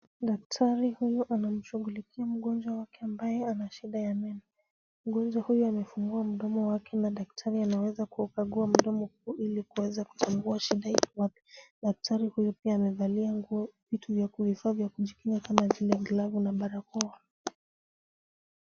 Daktari huyu anamshughulikia mgonjwa wake ambaye ana shida ya meno. Mgonjwa huyu amefungua mdomo wake na daktari anaweza kukagua mdomo huu ili kuweza kutambua shida iko wapi. Daktari huyu pia amevalia vitu vya kuvifaa vya kujikinga kama vile glovu na barakoa.